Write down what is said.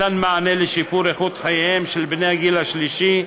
מתן מענה לשיפור איכות חייהם של בני הגיל השלישי,